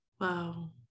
Wow